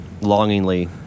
longingly